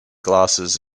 glasses